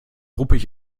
ruppig